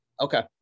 Okay